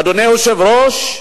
אדוני היושב-ראש,